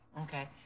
Okay